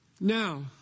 Now